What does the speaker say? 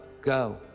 go